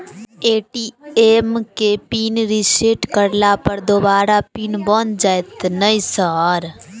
ATM केँ pin reset करला पर दोबारा पिन बन जाइत नै सर?